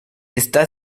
está